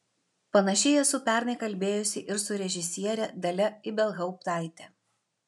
panašiai esu pernai kalbėjusi ir su režisiere dalia ibelhauptaite